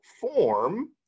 form